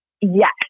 Yes